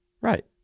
right